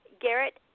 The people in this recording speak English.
Garrett